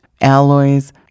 alloys